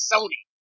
Sony